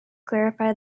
clarify